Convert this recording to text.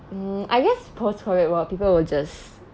mm I guess post COVID world people will just